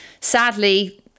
sadly